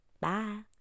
Bye